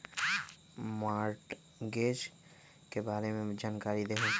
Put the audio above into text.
Mortgage के बारे में जानकारी देहु?